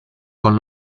con